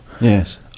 Yes